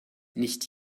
nicht